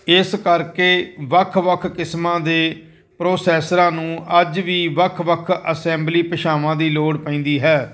ਇਸ ਕਰਕੇ ਵੱਖ ਵੱਖ ਕਿਸਮਾਂ ਦੇ ਪ੍ਰੋਸੈਸਰਾਂ ਨੂੰ ਅੱਜ ਵੀ ਵੱਖ ਵੱਖ ਅਸੈਂਬਲੀ ਭਾਸ਼ਾਵਾਂ ਦੀ ਲੋੜ ਪੈਂਦੀ ਹੈ